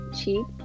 cheap